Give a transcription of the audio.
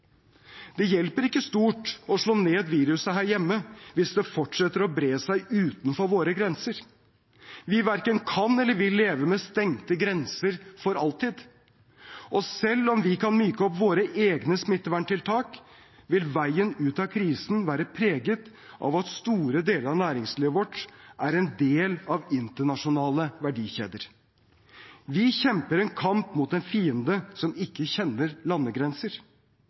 Det hjelper ikke stort å slå ned viruset her hjemme hvis det fortsetter å bre seg utenfor våre grenser. Vi verken kan eller vil leve med stengte grenser for alltid. Og selv om vi kan myke opp våre egne smitteverntiltak, vil veien ut av krisen være preget av at store deler av næringslivet vårt er en del av internasjonale verdikjeder. Vi kjemper en kamp mot en fiende som ikke kjenner landegrenser.